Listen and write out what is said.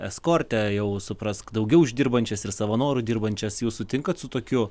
eskorte jau suprask daugiau uždirbančias ir savo noru dirbančias jūs sutinkat su tokiu